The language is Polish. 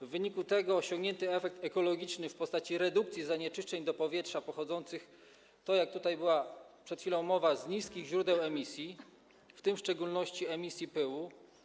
W wyniku tego osiągnięto efekt ekologiczny w postaci redukcji zanieczyszczeń do powietrza pochodzących, tak jak tutaj była przed chwilą mowa, z niskich źródeł emisji, w tym w szczególności emisji pyłu.